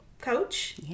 coach